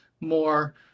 more